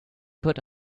put